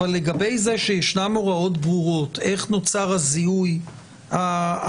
אבל לגבי זה שישנן הוראות ברורות איך נוצר הזיהוי הממשלתי,